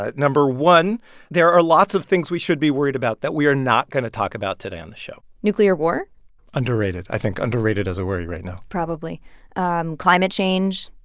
ah number one there are lots of things we should be worried about that we are not going to talk about today on the show nuclear war underrated i think, underrated as a worry right now probably and climate change,